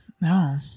no